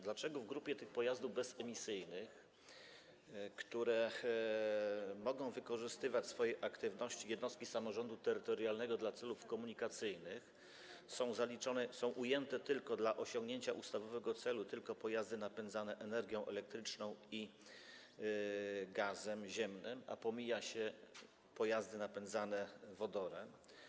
Dlaczego w grupie pojazdów bezemisyjnych, które mogą wykorzystywać w swojej aktywności jednostki samorządu terytorialnego dla celów komunikacyjnych, są ujęte tylko dla osiągnięcia ustawowego celu jedynie pojazdy napędzane energią elektryczną i gazem ziemnym, a pomija się pojazdy napędzane wodorem?